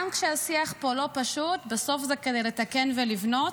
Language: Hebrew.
גם כשהשיח פה לא פשוט, בסוף זה כדי לתקן ולבנות,